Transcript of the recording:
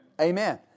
Amen